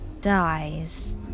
dies